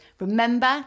remember